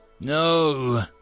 No